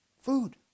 Food